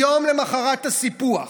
יום למוחרת הסיפוח